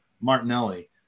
Martinelli